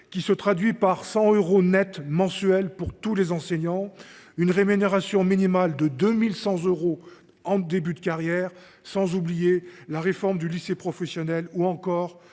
augmentation de 100 euros net mensuels pour tous les enseignants, par une rémunération minimale de 2 100 euros en début de carrière, par la réforme du lycée professionnel ou encore